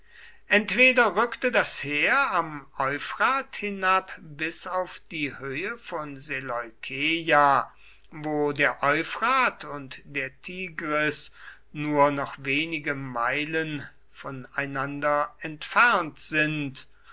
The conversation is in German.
entweder rückte das heer am euphrat hinab bis auf die höhe von seleukeia wo der euphrat und der tigris nur noch wenige meilen voneinander entfernt sind